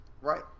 Right